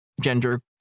gender